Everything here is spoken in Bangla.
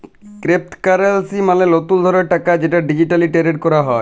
কেরেপ্তকারেলসি মালে লতুল ধরলের টাকা যেট ডিজিটালি টেরেড ক্যরা হ্যয়